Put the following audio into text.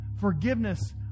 Forgiveness